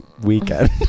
weekend